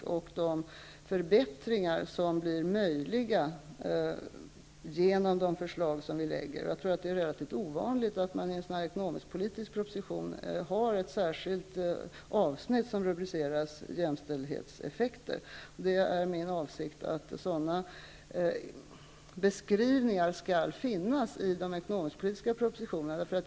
Där skrivs om de förbättringar som blir möjliga, om vi kan genomföra de förslag som vi lägger fram. Jag tror att det är relativt ovanligt att man i en ekonomiskpolitisk proposition har ett särskilt avsnitt med rubriken jämställdhetseffekter. Det är min avsikt att se till att sådana beskrivningar kommer att finnas i de ekonomisk-politiska propositionerna.